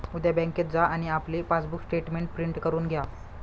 उद्या बँकेत जा आणि आपले पासबुक स्टेटमेंट प्रिंट करून घ्या